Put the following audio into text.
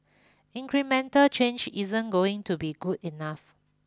incremental change isn't going to be good enough